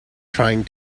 trying